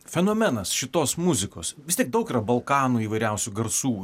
fenomenas šitos muzikos vis tiek daug yra balkanų įvairiausių garsų